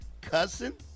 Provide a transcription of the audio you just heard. Cussing